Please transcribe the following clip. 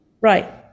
Right